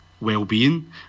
well-being